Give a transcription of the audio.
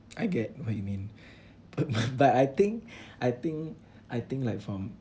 I get what you mean but but but I think I think I think like from